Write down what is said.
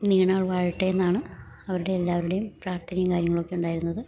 നീണാൽ വാഴട്ടേന്നാണ് അവരുടെ എല്ലാവരുടെയും പ്രാർത്ഥനയും കാര്യങ്ങളുവൊക്കെ ഉണ്ടായിരുന്നത്